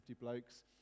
blokes